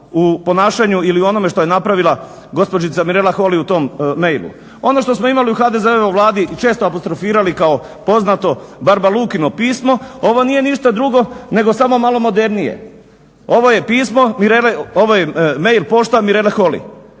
u ponašanju ili onome što je napravila gospođica Mirela Holy u tom mailu. Ono što smo imali u HDZ-ovoj vladi često apostrofirali kao poznato barba Lukino pismo, ovo nije ništa drugo nego samo malo modernije. Ovo je pismo, ovo je mail pošta Mirele Holy.